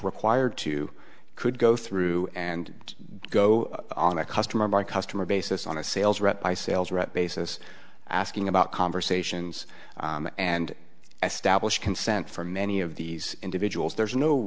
required to could go through and go on a customer by customer basis on a sales rep by sales rep basis asking about conversations and establish consent for many of these individuals there's no